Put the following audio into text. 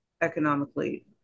economically